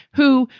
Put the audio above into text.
who,